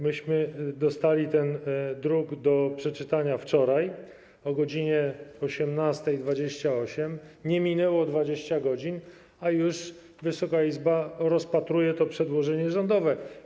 Myśmy dostali ten druk do przeczytania wczoraj o godz. 18.28, nie minęło 20 godzin, a już Wysoka Izba rozpatruje to przedłożenie rządowe.